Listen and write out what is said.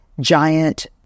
giant